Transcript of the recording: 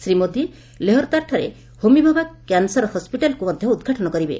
Shri Modi ଲେହରତାରାଠାରେ Homi Bhabha cancer ହସ୍ପିଟାଲକୁ ମଧ୍ୟ ଉଦ୍ଘାଟନ କରିବେ